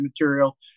material